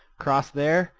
cross there?